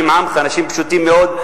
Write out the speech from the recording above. פשוטים מאוד,